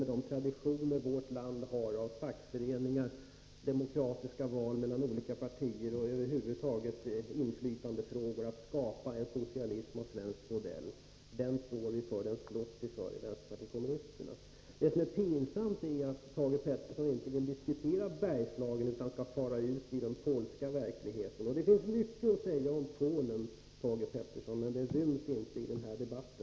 Med de traditioner som vii vårt land har av fackföreningar, demokratiska val mellan olika partier och i inflytandefrågor över huvud taget finns det utomordentliga förutsättningar att skapa en socialism av svensk modell. Den står vi för, den slåss vi för i vänsterpartiet kommunisterna. Det pinsamma är att Thage Peterson inte vill diskutera Bergslagen, utan far ut i diskussioner om den polska verkligheten. Det finns mycket att säga om Polen, Thage Peterson, men det ryms inte i denna debatt.